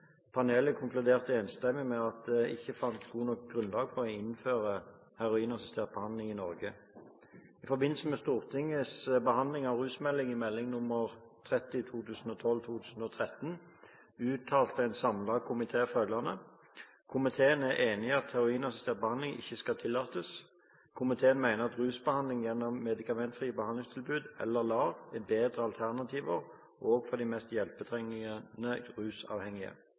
Panelet konkluderte enstemmig med at de ikke fant godt nok grunnlag for å innføre heroinassistert behandling i Norge. I forbindelse med Stortingets behandling av rusmeldingen, Meld. St. 30 for 2012–2013, uttalte en samlet komité følgende: «Komiteen er enig i at heroinassistert behandling ikke skal tillates. Komiteen mener rusbehandling gjennom medikamentfrie behandlingstilbud eller LAR er bedre alternativer også for de mest hjelpetrengende rusavhengige.»